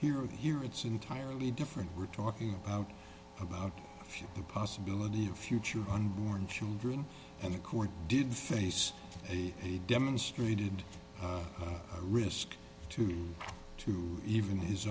here here it's entirely different we're talking about the possibility of a future on born children and the court did face demonstrated risk to to even his